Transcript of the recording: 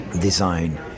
design